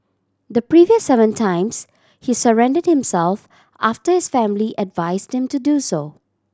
the previous seven times he surrendered himself after his family advised him to do so